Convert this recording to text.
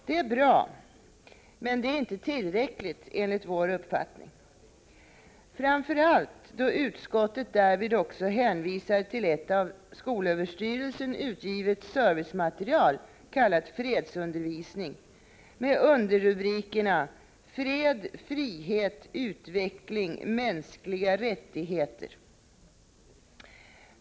Det är bra, men det är inte tillräckligt enligt vår uppfattning — framför allt då utskottet därvid också hänvisar till ett av SÖ utgivet servicematerial kallat Fredsundervisning med underrubrikerna Fred, Frihet, Utveckling, Mänskliga rättigheter.